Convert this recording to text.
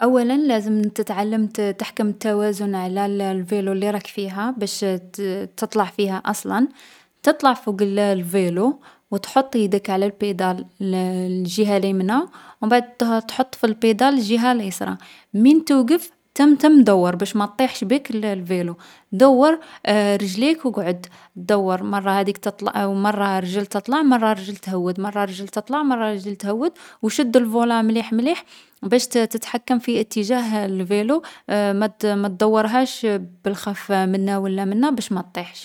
أولا لازم تتعلم تـ تحكم التوازن على الـ الفيلو لي راك فيها باش تـ تطلع فيها أصلا. تطلع فوق الـ الفيلو و تحط يدك على البيدال الـ الجهة لي منا و مبعد تحط في البيدال الجهة ليسرا من توقف، تم تم دوّر باش ما طيحش بيك الـ الفيلو. دوّر رجليك و اقعد. دوّر مرة هاذيك تطلـ مرة رجل تطلع مرة رجل تهوّد. مرة رجل تطلع مرة رجل تهوّد. و شد الفولا مليح مليح، باش تـ تتحكم في اتجاه الفيلو. ما تـ ما دورهاش بالخف منا و لا منا باش ما طيحش.